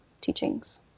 teachings